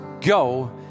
go